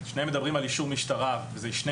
שתיהן מדברות על אישור משטרה ואלה שני